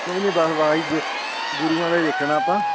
ਨਹੀਂ ਨਹੀਂ ਬਸ ਆਹੀ ਗੁ ਗੁਰੂਆਂ ਦਾ ਹੀ ਦੇਖਣਾ ਆਪਾਂ